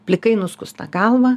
plikai nuskusta galva